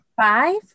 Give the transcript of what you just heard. five